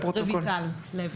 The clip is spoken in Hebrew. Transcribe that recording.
רויטל לוי.